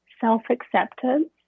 self-acceptance